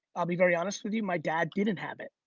i'll be very honest with you. my dad didn't have it.